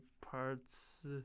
parts